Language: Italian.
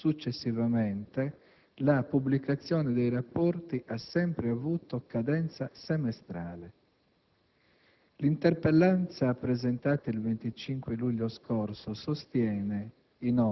Successivamente, la pubblicazione dei rapporti ha sempre avuto cadenza semestrale. L'interpellanza presentata il 25 luglio scorso sostiene